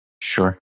Sure